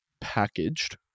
packaged